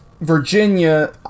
Virginia